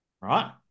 right